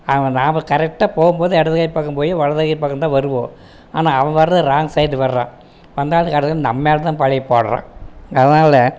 அவன் நாம் கரெக்டாக போகும்போது இடது கை பக்கம் போய் வலது கை பக்கம் தான் வருவோம் ஆனால் வரது ராங் சைடு வர்றான் வந்தாலும் நம்ம மேல்தான் பழியை போடுறான் அதனால்